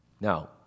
Now